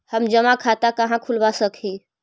हम जमा खाता कहाँ खुलवा सक ही?